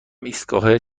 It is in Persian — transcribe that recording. ایستگاه